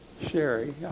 Sherry